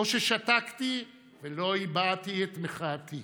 או ששתקתי ולא הבעתי את מחאתי